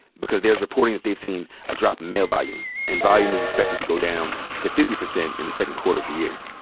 because there's reporting that they've seen a drop in mail volume. and volume is expected to go down to fifty percent in the second quarter of the year.